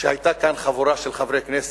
שהיתה כאן חבורה של חברי כנסת,